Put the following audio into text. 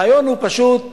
הרעיון הוא פשוט מאוד,